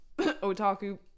Otaku